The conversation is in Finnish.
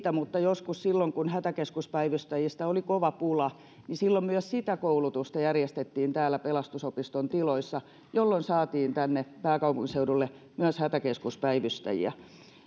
mutta joskus silloin kun hätäkeskuspäivystäjistä oli kova pula myös sitä koulutusta järjestettiin täällä pelastusopiston tiloissa jolloin myös saatiin tänne pääkaupunkiseudulle hätäkeskuspäivystäjiä